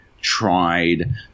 tried